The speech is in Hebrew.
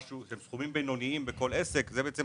שהסכומים הבינוניים האלה לכל עסק מצטברים